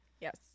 Yes